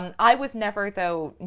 um i was never, though,